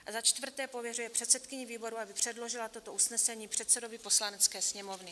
IV. pověřuje předsedkyni výboru, aby předložila toto usnesení předsedovi Poslanecké sněmovny.